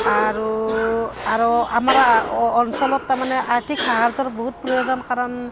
আৰু আৰু আমাৰ অঞ্চলত তাৰমানে আৰ্থিক সাহায্যৰ বহুত প্ৰয়োজন কাৰণ